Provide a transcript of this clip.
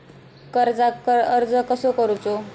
कर्जाक अर्ज कसो करूचो?